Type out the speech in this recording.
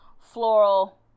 floral